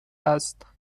است